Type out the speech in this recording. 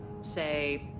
say